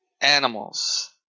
animals